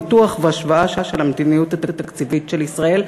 ניתוח והשוואה של המדיניות התקציבית של ישראל.